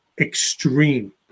extreme